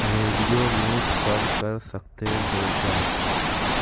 radio mute پر کر سکتے ہو کیا